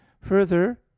further